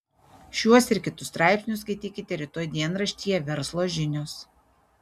šiuos ir kitus straipsnius skaitykite rytoj dienraštyje verslo žinios